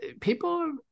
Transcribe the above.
people